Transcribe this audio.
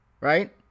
right